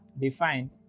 defined